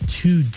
two